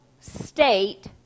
State